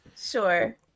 Sure